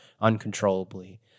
uncontrollably